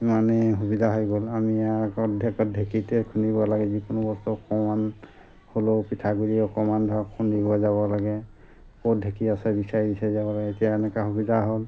ইমানেই সুবিধা হৈ গ'ল আমি আগত ঢেঁক ঢেঁকীতে খুন্দিব লাগে যিকোনো বস্তু অকণমান হ'লেও পিঠাগুড়ি অকণমান ধৰক খুন্দিব যাব লাগে ক'ত ঢেঁকী আছে বিচাৰি বিচাৰি যাব লাগে এতিয়া এনেকৈ সুবিধা হ'ল